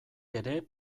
ere